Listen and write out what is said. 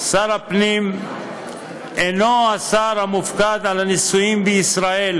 שר הפנים אינו השר המופקד על הנישואים בישראל